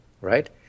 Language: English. right